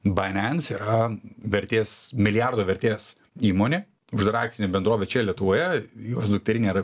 binance yra vertės milijardo vertės įmonė uždara akcinė bendrovė čia lietuvoje jos dukterinė yra